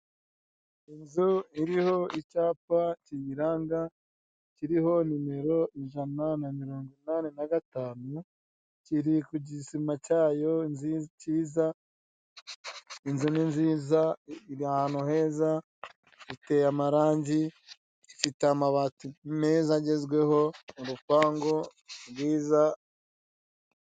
Inzu iriho icyapa kiyiranga kiriho nimero ijana na mirongo inani na gatanu, kiri ku gisima cyayo kiza. Inzu ni nziza, iri ahantu heza, iteye amarange, ifite amabati meza agezweho, urupangu rwiza.